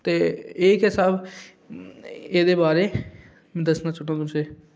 ते एह् हे सब एह्दे बारै दस्सी ओड़ेआ तुसें ई